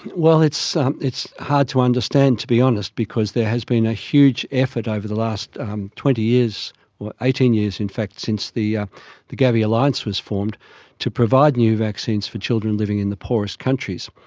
well, it's um it's hard to understand, to be honest, because there has been a huge effort over the last twenty years or eighteen years in fact since the ah the gavi alliance was formed to provide new vaccines for children living in the poorest countries.